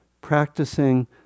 practicing